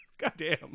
Goddamn